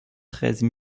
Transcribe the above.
treize